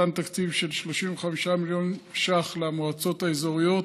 נתן תקציב של 35 מיליון ש"ח למועצות האזוריות